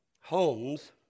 homes